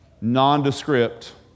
nondescript